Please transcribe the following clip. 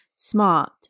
smart